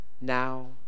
Now